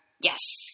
Yes